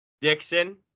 Dixon